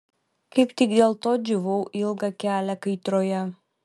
kaip tik dėl to džiūvau ilgą kelią kaitroje